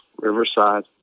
Riverside